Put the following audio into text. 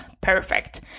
perfect